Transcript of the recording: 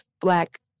Black